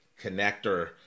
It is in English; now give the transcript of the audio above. connector